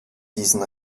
diesen